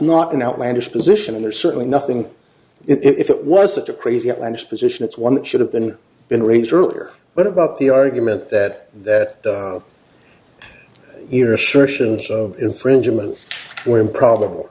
not an outlandish position and there's certainly nothing if it was such a crazy outlandish position it's one that should have been been raised earlier what about the argument that that your assertions of infringements were improbable